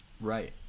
right